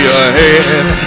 ahead